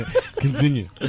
Continue